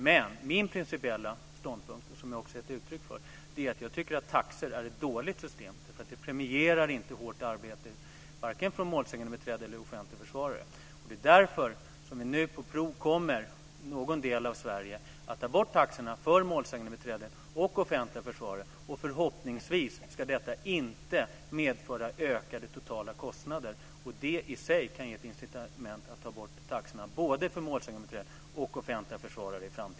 Min principiella ståndpunkt, som jag också har gett uttryck för, är dock att taxor är ett dåligt system därför att det systemet inte premierar hårt arbete vare sig från målsägandebiträde eller från offentlig försvarare. Därför kommer vi nu i någon del av Sverige att på prov ta bort taxorna för målsägandebiträden och offentliga försvarare. Förhoppningsvis medför detta inte ökade totala kostnader. Detta i sig kan ge ett incitament för att i framtiden ta bort taxorna både för målsägandebiträden och offentliga försvarare.